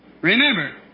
Remember